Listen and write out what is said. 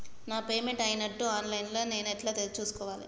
నా పేమెంట్ అయినట్టు online లా నేను ఎట్ల చూస్కోవాలే?